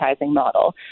model